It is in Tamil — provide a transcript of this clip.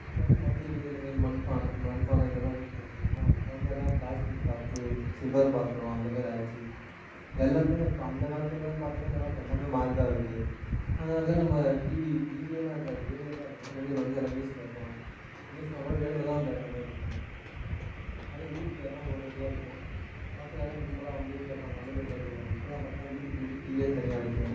அப்போ வந்து மண் வீடு இந்தமாதிரி மண் பானை மண் பானை இதெல்லாம் யூஸ் பண்ணிட்டு இருந்தமா இப்போ வந்து எல்லாம் பிளாஸ்டிக் டப்பு சில்வர் பாத்திரம் அந்தமாரி ஆயிடுச்சு எல்லாமே இப்போ அந்த காலத்தை விட பார்த்திங்கனா இந்த காலத்து எல்லாமே மாறி தான் இருக்குது அந்த காலத்தில் நம்ம டிவி டிவி எல்லாம் இருக்காது ரேடியோ தான் இருக்கும் ரேடியோவில வந்து எல்லாம் நியூஸ் கேட்போம் நியூஸ்னால் கூட ரேடியோவில தான் கேட்கறமேரி இருக்கும் அதுவும் ஊருக்கு வேணா ஒரு இடத்துல இருக்கும் மக்கள் எல்லாம் கும்பலாக வந்து கேட்பாங்க அந்தமாரி கேட்குறமேரி இப்போலாம் பார்த்திங்கனா வீட்டுக்கு வீடு டிவியே தனியாக இருக்குது